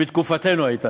שהייתה בתקופתנו,